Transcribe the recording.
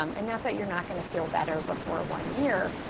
um and not that you're not gonna feel better before one year,